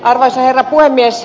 arvoisa herra puhemies